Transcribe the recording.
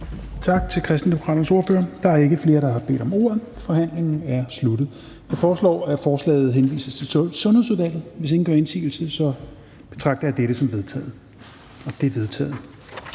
Tak til Kristendemokraternes ordfører. Da der ikke er flere, der har bedt om ordet, er forhandlingen sluttet. Jeg foreslår, at forslaget til folketingsbeslutning henvises til Sundhedsudvalget. Hvis ingen gør indsigelse, betragter jeg dette som vedtaget. Det er vedtaget.